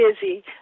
busy